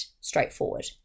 straightforward